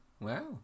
wow